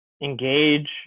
engage